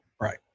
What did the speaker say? right